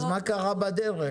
מה קרה בדרך?